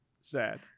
Sad